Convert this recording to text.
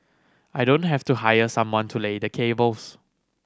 I don't have to hire someone to lay the cables